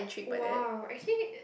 !wow! actually